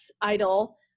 Idol